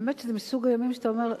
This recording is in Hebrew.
האמת שזה מסוג הימים שאתה אומר,